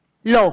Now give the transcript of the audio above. לא,